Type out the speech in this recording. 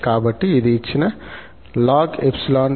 కాబట్టిఇది ఇచ్చిన ln 𝜖 ln 𝑥 కన్నా పెద్దది